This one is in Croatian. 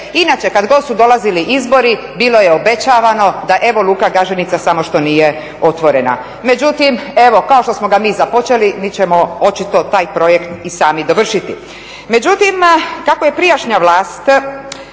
inače kad god su dolazili izbori bilo je obećavano da evo Luka Gaženica samo što nije otvorena. Međutim, evo kao što smo ga mi započeli mi ćemo očito taj projekt i sami dovršiti. Međutim, kako je prijašnja vlast